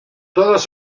todos